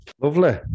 lovely